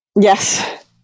Yes